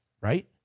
right